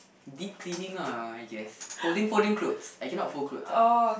deep cleaning ah I guess folding folding clothes I cannot fold clothes ah